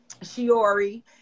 Shiori